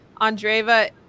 andreva